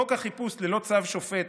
חוק החיפוש ללא צו שופט,